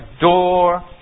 door